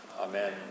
Amen